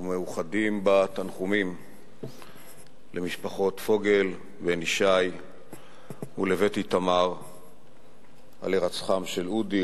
ומאוחדים בתנחומים למשפחות פוגל ובן-ישי ולבית איתמר על הירצחם של אודי,